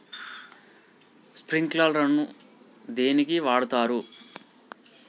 Sprinkler ను దేనికి వాడుతరు?